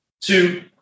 two